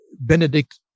Benedict